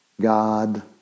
God